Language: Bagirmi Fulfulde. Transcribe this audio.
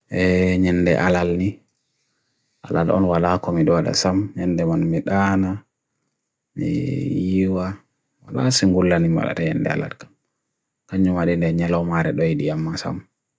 E nyende alal ni, alal onwala akumidwada sam, nyende manumidwana, ni iwa, wala singhula ni malade nyende alal kumidwana, kanyumadi nye lomare dweidi ama sam.